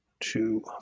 Two